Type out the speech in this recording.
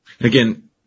Again